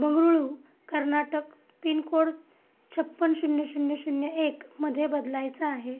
Bengaluru Karnataka pin code छप्पन्न शून्य शून्य शून्य एकमध्ये बदलायचा आहे